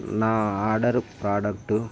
నా order product